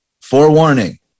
forewarning